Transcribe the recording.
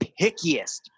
pickiest